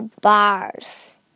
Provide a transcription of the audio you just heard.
bars